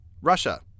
Russia